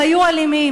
הם היו אלימים.